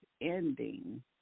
ending